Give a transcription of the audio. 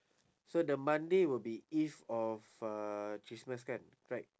so the monday will be eve of uh christmas kan right